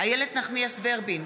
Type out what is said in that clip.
איילת נחמיאס ורבין,